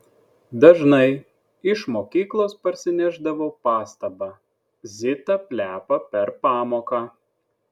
dažnai iš mokyklos parsinešdavau pastabą zita plepa per pamoką